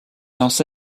lance